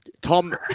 Tom